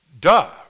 duh